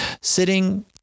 sitting